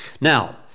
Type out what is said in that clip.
Now